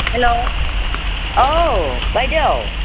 हेल' औ बायदेव